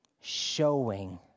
showing